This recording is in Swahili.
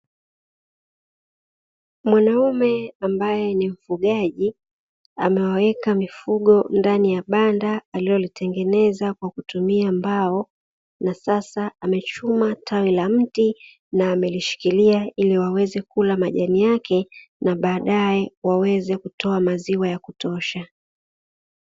Mwanaume ambaye ni mfugaji amewaweka mifugo ndani ya banda alilolitengeneza kwa kutumia mbao, na sasa amechuma tawi la mti na amelishikiria iliwaweze kula majani yake baadaye waweze kutoa maziwa yakutosha.